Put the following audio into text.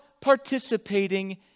participating